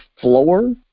floor